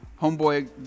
homeboy